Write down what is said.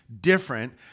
different